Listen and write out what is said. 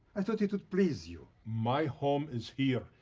i thought it would please you. my home is here,